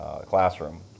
classroom